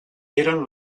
eren